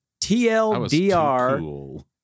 TLDR